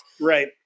Right